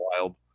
wild